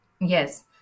yes